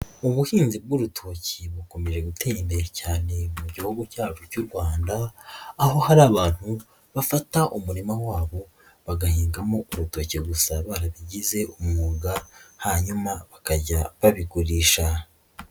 Ubuhinzi bw'urutoki bukomeje gutera imbere cyane mu Gihugu cyabo cy'u Rwanda aho hari abantu bafata umurima wabo bagahingamo urutoki gusa barabigize umwuga hanyuma bakajya babigurisha.